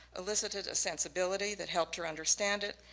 elicited a sensibility that helped her understand it,